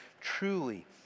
truly